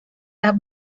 las